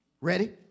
Ready